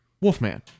wolfman